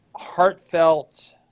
Heartfelt